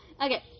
Okay